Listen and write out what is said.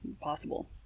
possible